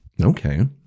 Okay